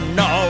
no